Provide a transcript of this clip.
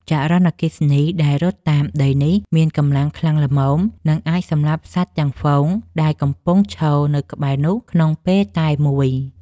ចរន្តអគ្គិសនីដែលរត់តាមដីនេះមានកម្លាំងខ្លាំងល្មមនឹងអាចសម្លាប់សត្វទាំងហ្វូងដែលកំពុងឈរនៅក្បែរនោះក្នុងពេលតែមួយ។